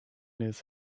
his